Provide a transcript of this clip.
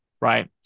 right